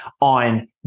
on